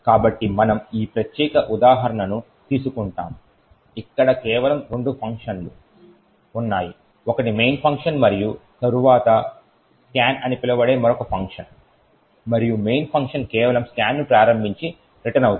కాబట్టి మనము ఈ ప్రత్యేక ఉదాహరణను తీసుకుంటాము ఇక్కడ కేవలం రెండు ఫంక్షన్లు ఒకటి మెయిన్ ఫంక్షన్ మరియు తరువాత scan అని పిలువబడే మరొక ఫంక్షన్ మరియు main ఫంక్షన్ కేవలం scanను ప్రారంభించి రిటర్న్ అవుతుంది